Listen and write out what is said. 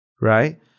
right